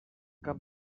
cap